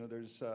there's